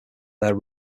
their